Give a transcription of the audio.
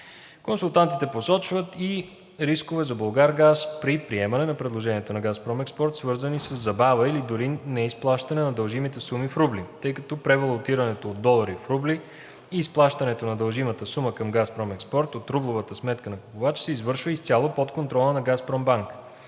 Консултантите посочват и рискове за „Булгаргаз“ при приемане на предложението на „Газпром Експорт“, свързани със забава или дори неизплащане на дължимите суми в рубли, тъй като превалутирането от долари в рубли и изплащането на дължимата сума към „Газпром Експорт“ от рублевата сметка на купувача се извършва изцяло под контрола на „Газпромбанк“,